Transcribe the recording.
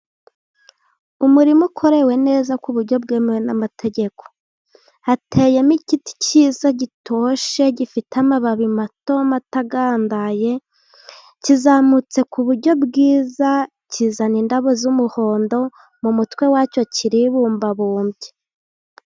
Umurima ukorewe neza ku buryo bwemewe n'amategeko, hateyemo igiti cyiza gitoshye gifite amababi matomato atagandaye, kizamutse ku buryo bwiza kizana indabo z'umuhondo, mu mutwe wacyo kiribumbabumbye.